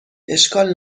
اشکال